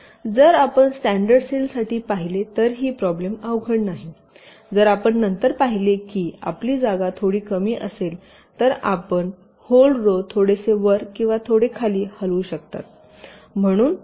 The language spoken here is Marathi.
जर आपण स्टॅंडर्ड सेल साठी पाहिले तर ही प्रॉब्लेम अवघड नाही जर आपण नंतर पाहिले की आपली जागा थोडी कमी असेल तर आपण होल रो थोडेसे वर किंवा खाली हलवू शकता